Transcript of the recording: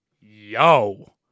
yo